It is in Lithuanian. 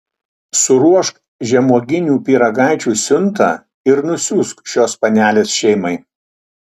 suruošk žemuoginių pyragaičių siuntą ir nusiųsk šios panelės šeimai